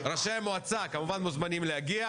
ראשי המועצה כמובן מוזמנים להגיע.